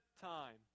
time